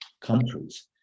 countries